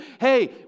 hey